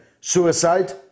suicide